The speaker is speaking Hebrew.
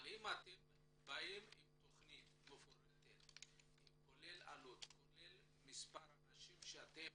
אבל אם אתם באים עם תכנית מפורטת כולל עלות וכולל מספר האנשים שאתם